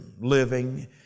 living